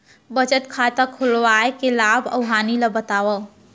बचत खाता खोलवाय के लाभ अऊ हानि ला बतावव?